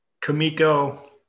Kamiko